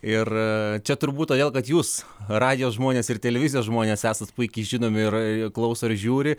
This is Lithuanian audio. ir čia turbūt todėl kad jūs radijo žmonės ir televizijos žmonės esat puikiai žinomi ir klauso ir žiūri